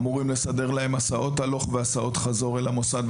אמורים לסדר להן הסעות הלוך והסעות חזור אל המוסד,